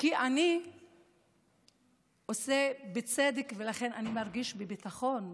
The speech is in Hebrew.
כי אני עושה בצדק ולכן אני מרגיש ביטחון,